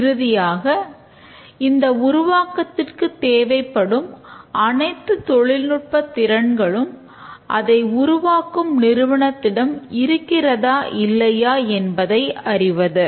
இறுதியாக இந்த உருவாக்கத்திற்குத் தேவைப்படும் அனைத்துதொழில்நுட்ப திறன்களும் அதை உருவாக்கும் நிறுவனத்திடம் இருக்கிறதா இல்லையா என்பதை அறிவது